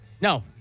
No